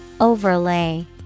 Overlay